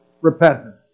repentance